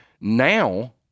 Now